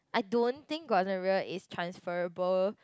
I don't think got the rear is transferable